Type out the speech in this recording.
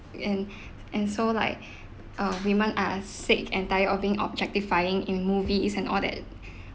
and and so like uh women are sick and tired of being objectifying in movies and all that